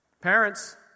Parents